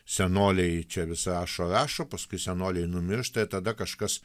senoliai čia vis rašo rašo paskui senoliai numiršta ir tada kažkas